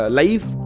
life